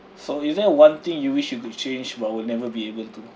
so is there one thing you wish you could change but will never be able to